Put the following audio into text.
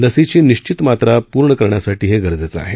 लसीची निश्चित मात्रा पूर्ण करण्यासाठी हे गरजेचं आहे